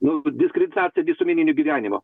nu diskreditacija visuomeninio gyvenimo